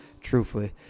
truthfully